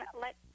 Let